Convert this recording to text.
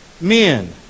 men